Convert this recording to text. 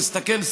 תסתכל,